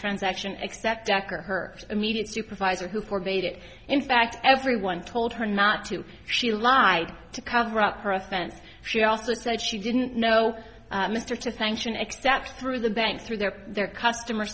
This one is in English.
transaction except decker her immediate supervisor who four made it in fact everyone told her not to she lied to cover up her offense she also said she didn't know mr to thank you next steps through the bank through their their customer